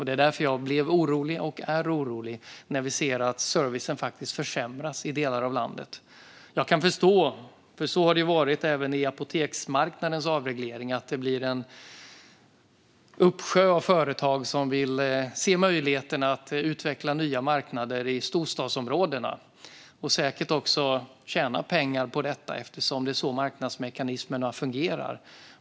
Det är därför jag blir orolig när vi ser att servicen faktiskt försämras i delar av landet. Även i samband med apoteksmarknadens avreglering har det blivit en uppsjö av företag som vill se möjligheterna att utveckla nya marknader i storstadsområdena och säkert också tjäna pengar på detta, eftersom det är så marknadsmekanismerna fungerar.